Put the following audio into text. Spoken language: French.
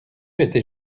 était